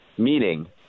Meaning